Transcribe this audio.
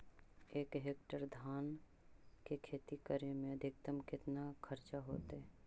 एक हेक्टेयर धान के खेती करे में अधिकतम केतना खर्चा होतइ?